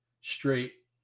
straight